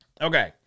Okay